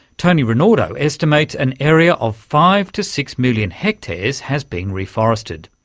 tony rinaudo estimates an area of five to six million hectares has been reforested.